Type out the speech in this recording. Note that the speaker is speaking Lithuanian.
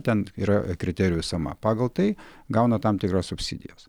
ten yra kriterijų suma pagal tai gauna tam tikras subsidijas